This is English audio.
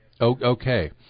Okay